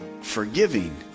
forgiving